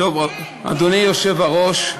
אדוני היושב-ראש,